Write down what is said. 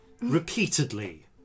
repeatedly